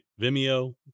Vimeo